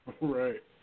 Right